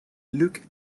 luuk